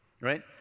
right